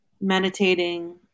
meditating